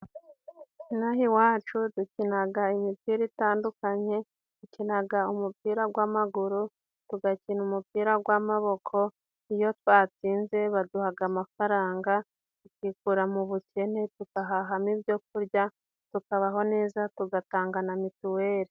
Ino aha iwacu dukinaga imipira itandukanye, dukinaga umupira gw'amaguru tugakina umupira gw'amaboko, iyo twatsinze baduhaga amafaranga tukikura mu bukene, tugahahamo ibyo kurya tukabaho neza tugatanga na mituweli.